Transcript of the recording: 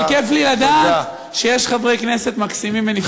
אבל כיף לי לדעת שיש חברי כנסת מקסימים ונפלאים כמוכם,